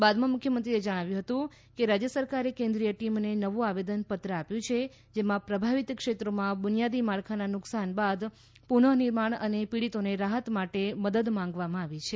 બાદમાં મુખ્યમંત્રીએ જણાવ્યું કે રાજ્ય સરકારે કેન્દ્રીય ટીમને નવુ આવેદન પત્ર આપ્યું છે જેમાં પ્રભાવિત ક્ષેત્રોમાં બુનિયાદી માળખાના નુકસાન બાદ પુનઃનિર્માણ અને પીડીતોને રાહત માટે મદદ માંગવામાં આવી છે